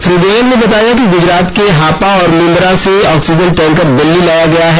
श्री गोयल ने बताया कि गुजरात के हापा और मुंदरा से ऑक्सीजन टैंकर दिल्ली लाया गया है